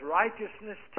righteousness